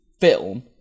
film